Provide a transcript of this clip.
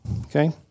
okay